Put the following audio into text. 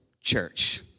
church